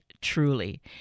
truly